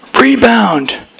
Rebound